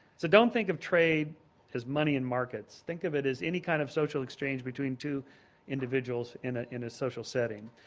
so don't think of trade as money in markets, think of it as any kind of social exchange between two individuals in a social setting.